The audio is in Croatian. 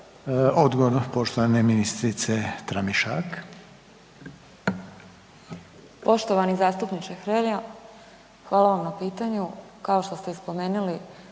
Odgovor poštovane ministrice Tramišak.